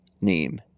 name